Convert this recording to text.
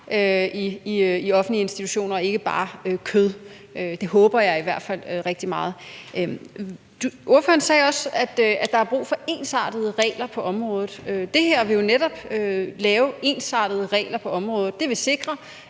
i offentlige institutioner, og ikke bare kød. Det håber jeg i hvert fald rigtig meget. Ordføreren sagde også, at der er brug for ensartede regler på området. Det her vil jo netop lave ensartede regler på området. Det vil sikre,